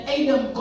Adam